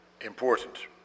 important